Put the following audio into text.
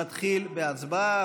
נתחיל בהצבעה.